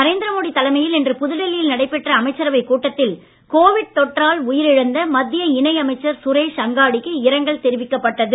நரேந்திர மோடி தலைமையில் இன்று புதுடில்லியில் நடைபெற்ற அமைச்சரவைக் கூட்டத்தில் கோவிட் தொற்றால் உயிர் இழந்த மத்திய இணை அமைச்சர் சுரேஷ் அங்காடிக்கு இரங்கல் தெரிவிக்கப் பட்டது